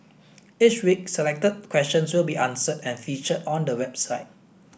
each week selected questions will be answered and featured on the website